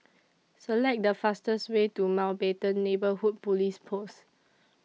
Select The fastest Way to Mountbatten Neighbourhood Police Post